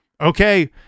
okay